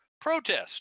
protest